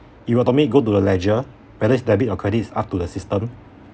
you automatic go to the ledger balance debit or credit is up to the system